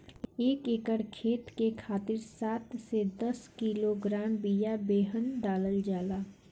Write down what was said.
एक एकर खेत के खातिर सात से दस किलोग्राम बिया बेहन डालल जाला?